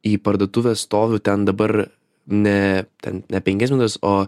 į parduotuvę stoviu ten dabar ne ten ne penkias dienas o